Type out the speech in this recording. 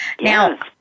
Now